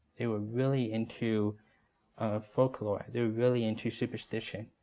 they were really into folklore. they were really into superstition.